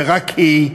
ורק היא,